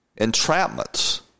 entrapments